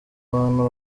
abantu